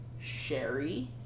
Sherry